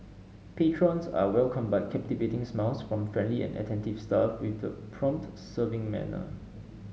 patrons are welcomed by captivating smiles from friendly and attentive staff with the prompt serving manner